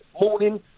Morning